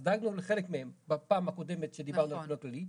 אז דאגנו לחלק מהם בפעם הקודמת שדיברנו על הפינוי הכללי.